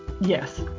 Yes